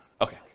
Okay